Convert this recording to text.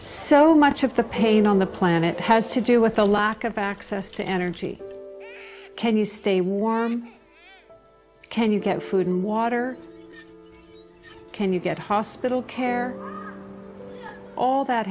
so much of the pain on the planet has to do with a lack of access to energy can you stay with can you get food and water can you get hospital care all that